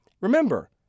remember